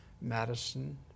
Madison